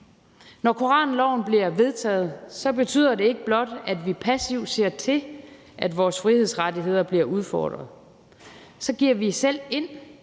Når koranloven bliver vedtaget, betyder det ikke blot, at vi passivt ser til, at vores frihedsrettigheder bliver udfordret, så opgiver vi, og